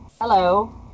Hello